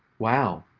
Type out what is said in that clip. wow.